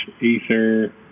ether